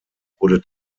wurde